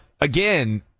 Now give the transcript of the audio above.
again